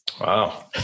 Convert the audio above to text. Wow